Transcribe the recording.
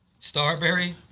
Starberry